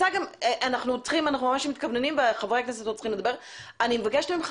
אני מבקשת ממך,